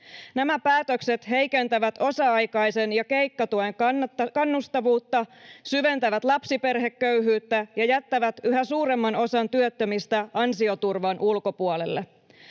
Nämä päätökset heikentävät osa-aikaisen ja keikkatyön kannustavuutta, syventävät lapsiperheköyhyyttä ja jättävät yhä suuremman osan työttömistä ansioturvan ulkopuolelle.